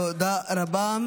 תודה רבה.